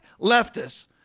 leftists